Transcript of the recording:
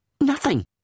Nothing